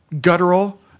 Guttural